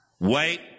Wait